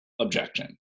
objection